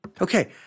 Okay